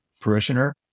parishioner